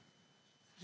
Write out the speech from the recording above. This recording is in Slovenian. Hvala